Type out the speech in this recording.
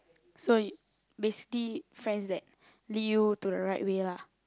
so you basically friends that lead you to the right way lah